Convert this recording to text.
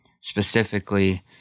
specifically